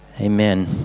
Amen